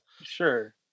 Sure